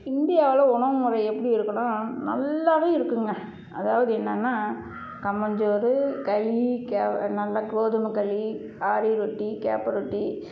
இந்தியாவில் உணவுமுறை எப்படி இருக்குன்னா நல்லாவே இருக்குங்க அதாவது என்னென்னா கம்மஞ்சோறு களி கேவர் நல்லா கோதுமை களி ராகி ரொட்டி கேப்பை ரொட்டி